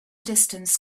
distance